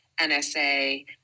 NSA